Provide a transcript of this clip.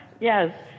yes